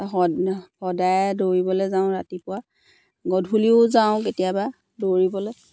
স সদায় দৌৰিবলৈ যাওঁ ৰাতিপুৱা গধূলিও যাওঁ কেতিয়াবা দৌৰিবলৈ